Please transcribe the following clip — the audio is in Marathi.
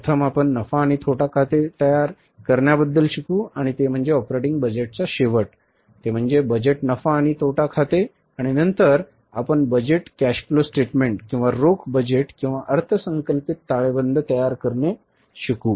प्रथम आपण नफा आणि तोटा खाते तयार करण्याबद्दल शिकू आणि ते म्हणजे ऑपरेटिंग बजेटचा शेवट ते म्हणजे बजेट नफा आणि तोटा खाते आणि नंतर आपण बजेट कॅश फ्लो स्टेटमेंट किंवा रोख बजेट किंवा अर्थसंकल्पित ताळेबंद तयार करणे शिकू